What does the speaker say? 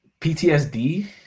PTSD